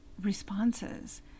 responses